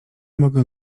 mogę